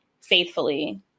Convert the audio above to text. faithfully